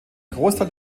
großteil